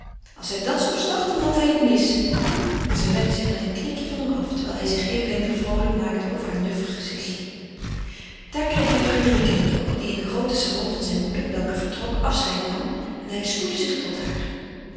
als hij dàt soms dacht dan had hij het mis en zij wendde zich met een knikje van hem af terwijl hij zich inwendig vroolijk maakte over haar nuffig gezichtje daar kreeg hij frédérique in het oog die in den grooten salon van zijne moeder welke vertrok afscheid nam en hij spoedde zich tot haar